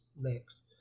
mix